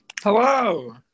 Hello